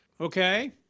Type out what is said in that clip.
Okay